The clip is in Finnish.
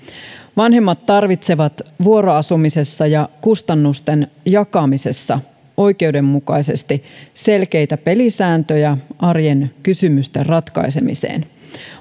vanhemmat tarvitsevat vuoroasumisessa ja kustannusten jakamisessa oikeudenmukaisesti selkeitä pelisääntöjä arjen kysymysten ratkaisemiseen